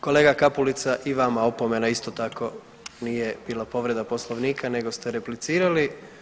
Kolega Kapulica, i vama opomena isto tako nije bila povreda Poslovnika nego ste replicirali.